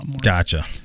gotcha